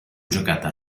giocata